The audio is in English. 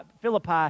Philippi